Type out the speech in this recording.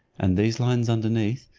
and these lines underneath,